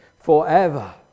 forever